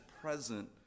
present